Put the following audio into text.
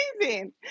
amazing